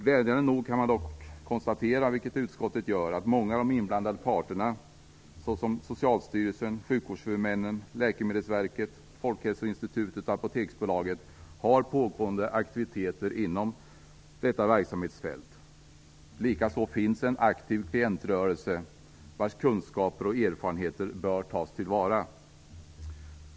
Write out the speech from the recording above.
Glädjande nog kan man dock konstatera, vilket utskottet gör, att många av de inblandade parterna, t.ex. Socialstyrelsen, sjukvårdshuvudmännen, Läkemedelsverket, Folkhälsoinstitutet och Apoteksbolaget, har pågående aktiviteter inom detta verksamhetsfält. Likaså finns en aktiv klientrörelse vars kunskaper och erfarenheter bör tas till vara.